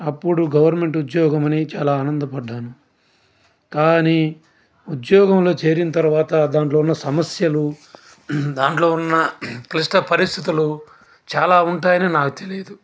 అప్పుడు గవర్నమెంట్ ఉద్యోగమని చాలా ఆనందపడ్డాను కాని ఉద్యోగంలో చేరిన తరువాత దాంట్లో ఉన్న సమస్యలు దాంట్లో ఉన్న క్లిష్ట పరిస్థితులు చాలా ఉంటాయని నాకు తెలీదు